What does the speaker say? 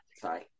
sorry